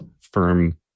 firm